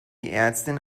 ärztin